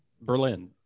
Berlin